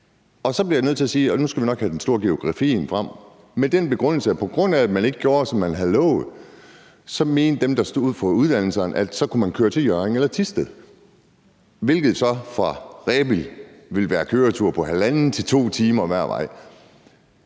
som regeringen gjorde. Og nu skal vi nok have det store geografiske kort frem, men med den begrundelse, at man ikke gjorde, som man havde lovet, mente dem, der stod for uddannelserne, at så kunne man køre til Hjørring eller Thisted, hvilket fra Rebild så ville være en køretur på 1½-2 timer hver vej.